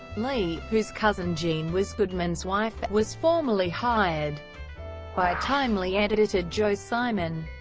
lee, whose cousin jean was goodman's wife, was formally hired by timely editor joe simon.